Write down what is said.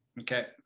Okay